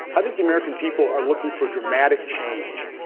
i think the american people are looking for dramatic change.